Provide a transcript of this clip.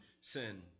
sin